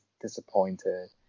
disappointed